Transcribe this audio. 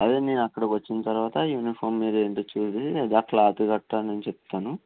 అదే నేను అక్కడికి వచ్చిన తర్వాత యూనిఫార్మ్ మీరేంటో చూసి క్లాత్ గట్రా నేను చెప్తాను